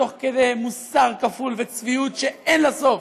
תוך כדי מוסר כפול וצביעות שאין לה סוף,